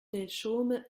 delchaume